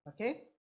okay